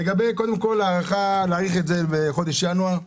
לגבי ההחלטה לדחות את זה עד חודש ינואר -- מבורכת.